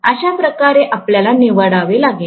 आशा प्रकारे आपल्याला निवडावे लागेल